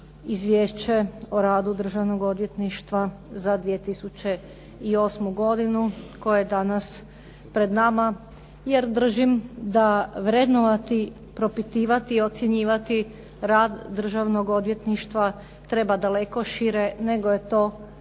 Izvješće o radu Državnog odvjetništva za 2008. godinu koja je danas pred nama, jer držim da vrednovati, propitivati i ocjenjivati rad Državnog odvjetništva treba daleko šire nego je to jedan